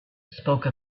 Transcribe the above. spoke